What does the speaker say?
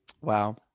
Wow